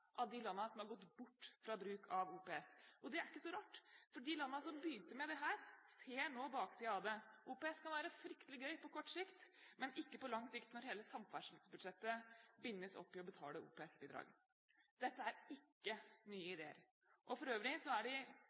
av de landene som har gått bort fra bruk av OPS. Det er ikke så rart, for de landene som begynte med dette, ser nå baksiden av det. OPS kan være fryktelig gøy på kort sikt, men ikke på lang sikt når hele samferdselsbudsjettet bindes opp i å betale OPS-bidrag. Dette er ikke nye ideer, og for øvrig er de